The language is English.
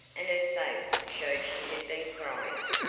and her face showed she had been crying.